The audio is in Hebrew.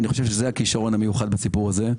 אני חושב שזה הכישרון המיוחד בסיפור הזה.